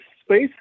space